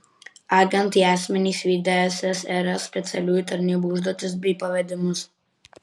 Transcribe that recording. agentai asmenys vykdę ssrs specialiųjų tarnybų užduotis bei pavedimus